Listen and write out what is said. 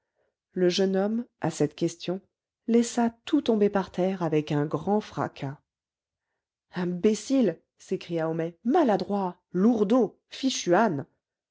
le jeune homme à cette question laissa tout tomber par terre avec un grand fracas imbécile s'écria homais maladroit lourdaud fichu âne